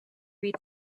read